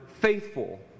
faithful